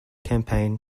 campaign